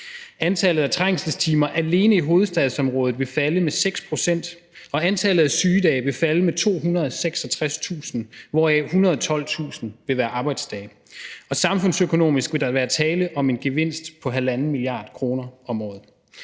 Antallet af trængselstimer vil alene i hovedstadsområdet falde med 6 pct., og antallet af sygedage vil falde med 266.000, hvoraf 112.000 vil være arbejdsdage, og samfundsøkonomisk vil der være tale om en gevinst på 1,5 mia. kr. om året.